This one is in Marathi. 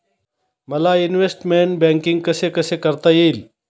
मला इन्वेस्टमेंट बैंकिंग कसे कसे करता येईल?